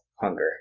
hunger